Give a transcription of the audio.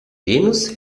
venus